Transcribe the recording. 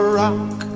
rock